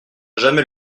jamais